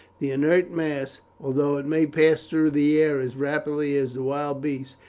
the inert mass, although it may pass through the air as rapidly as the wild beast,